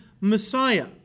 Messiah